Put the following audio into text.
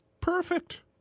Perfect